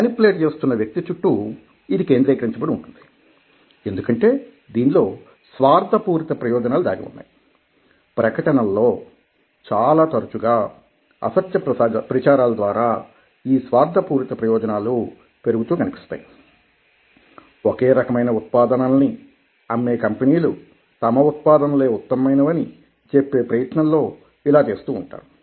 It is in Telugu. మేనుప్లేట్ చేస్తున్న వ్యక్తి చుట్టూ ఇది కేంద్రీకరించబడి ఉంటుంది ఎందుకంటే దీనిలో స్వార్థపూరిత ప్రయోజనాలు దాగి ఉన్నాయి ప్రకటనలలో చాలా తరచుగా అసత్య ప్రచారాలు ద్వారా ఈ స్వార్ధపూరిత ప్రయోజనాలు పెరుగుతూ కనిపిస్తాయి ఒకే రకమైన ఉత్పాదనలని అమ్మే కంపెనీలు తమ ఉత్పాదనలే ఉత్తమమైనవని చెప్పే ప్రయత్నంలో ఇలా చేస్తూ ఉంటారు